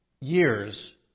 Years